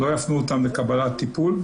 שלא יפנו אותם לקבלת טיפול.